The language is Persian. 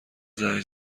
زنگ